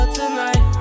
tonight